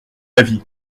avis